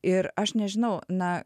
ir aš nežinau na